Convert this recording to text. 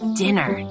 dinner